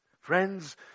Friends